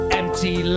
empty